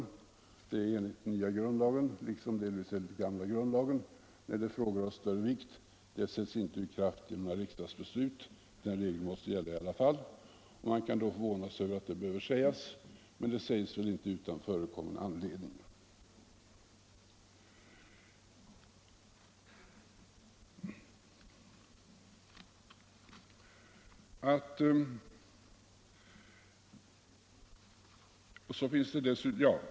Detta gäller enligt nya grundlagen liksom delvis enligt gamla grundlagen. Den regeln sätts inte ur kraft genom ett riksdagsbeslut. Man kan förvåna sig över att detta behöver sägas, men det sägs inte utan förekommen anledning.